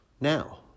now